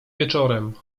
wieczorem